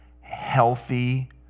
healthy